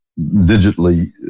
digitally